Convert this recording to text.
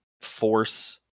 force